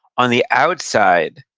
on the outside,